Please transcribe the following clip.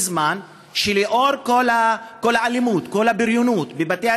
בזמן שלנוכח כל האלימות וכל הבריונות בבתי